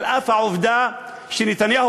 על אף העובדה שנתניהו,